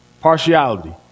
partiality